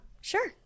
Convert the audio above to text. Sure